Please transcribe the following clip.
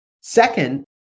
Second